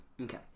Okay